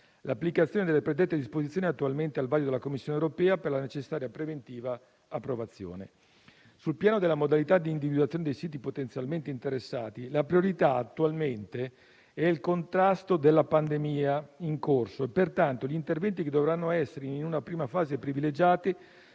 L'applicazione delle predette disposizioni è attualmente al vaglio della Commissione europea per la necessaria preventiva approvazione. Sul piano delle modalità di individuazione dei siti potenzialmente interessati, la priorità attualmente è il contrasto alla pandemia in corso e, pertanto, gli interventi che dovranno essere in una prima fase privilegiati